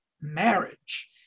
marriage